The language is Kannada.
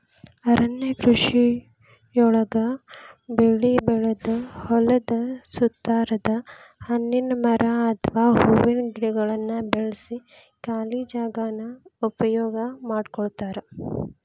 ಅರಣ್ಯ ಕೃಷಿಯೊಳಗ ಬೆಳಿ ಬೆಳದ ಹೊಲದ ಸುತ್ತಾರದ ಹಣ್ಣಿನ ಮರ ಅತ್ವಾ ಹೂವಿನ ಗಿಡಗಳನ್ನ ಬೆಳ್ಸಿ ಖಾಲಿ ಜಾಗಾನ ಉಪಯೋಗ ಮಾಡ್ಕೋತಾರ